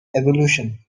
evolution